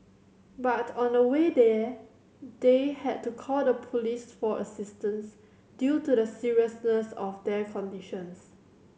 but on the way there they had to call the police for assistance due to the seriousness of their conditions